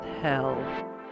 hell